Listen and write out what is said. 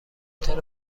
هتل